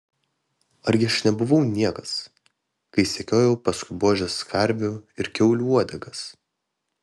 argi aš nebuvau niekas kai sekiojau paskui buožės karvių ir kiaulių uodegas